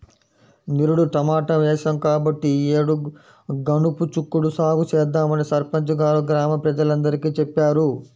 నిరుడు టమాటా వేశాం కాబట్టి ఈ యేడు గనుపు చిక్కుడు సాగు చేద్దామని సర్పంచి గారు గ్రామ ప్రజలందరికీ చెప్పారు